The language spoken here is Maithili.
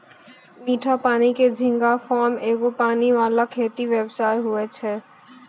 मीठा पानी के झींगा फार्म एगो पानी वाला खेती व्यवसाय हुवै छै